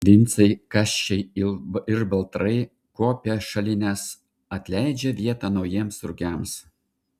vincai kasčiai ir baltrai kuopia šalines atleidžia vietą naujiems rugiams